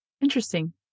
interesting